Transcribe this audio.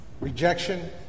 rejection